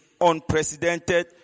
unprecedented